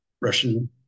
Russian